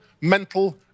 mental